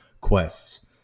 quests